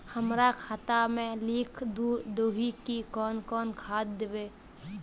हमरा खाता में लिख दहु की कौन कौन खाद दबे?